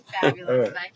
Fabulous